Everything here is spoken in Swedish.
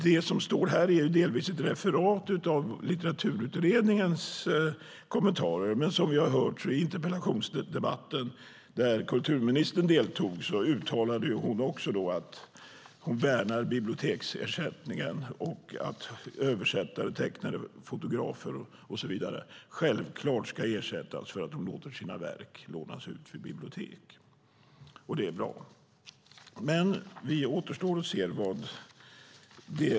Det som står här är delvis ett referat av Litteraturutredningens kommentarer, men som vi har hört i interpellationsdebatten där kulturministern deltog uttalade hon också att hon värnar biblioteksersättningen och att översättare, tecknare, fotografer och så vidare självklart ska ersättas för att de låter sina verk lånas ut till bibliotek. Det är bra.